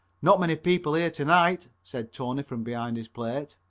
not many people here to-night, said tony from behind his plate.